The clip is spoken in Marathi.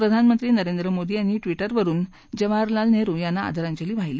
प्रधानमंत्री नरेंद्र मोदी यांनी ट्विटरवरुन जवाहरल लाल नेहरु यांना आदरांजली वाहिली